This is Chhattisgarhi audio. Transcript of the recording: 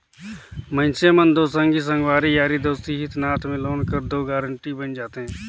मइनसे मन दो संगी संगवारी यारी दोस्ती हित नात में लोन कर दो गारंटर बइन जाथे